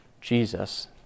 Jesus